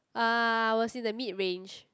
ah I was in the mid range